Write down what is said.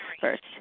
first